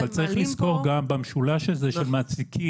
צריך לזכור גם שבמשולש הזה של מעסיקים,